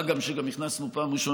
מה גם שגם הכנסנו פעם ראשונה